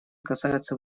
касаются